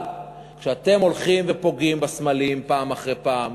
אבל כשאתם הולכים ופוגעים בסמלים, פעם אחר פעם,